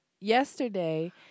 yesterday